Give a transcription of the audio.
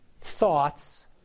thoughts